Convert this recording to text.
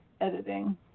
editing